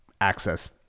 access